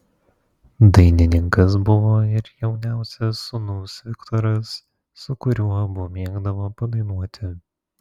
dainininkas buvo ir jauniausias sūnus viktoras su kuriuo abu mėgdavo padainuoti